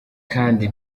kandi